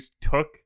took